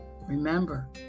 Remember